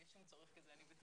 אני מודה